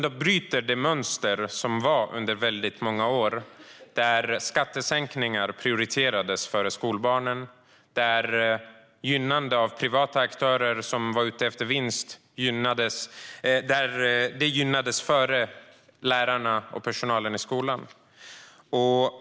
Den bryter det mönster som funnits under många år, som innebar att skattesänkningar prioriterades före skolbarnen, att privata aktörer som var ute efter vinst gynnades och att vinst gick före lärarna och personalen i skolan.